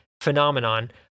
phenomenon